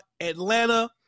Atlanta